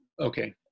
Okay